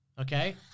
Okay